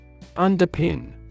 Underpin